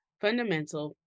fundamental